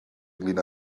ynglŷn